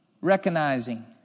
recognizing